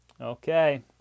Okay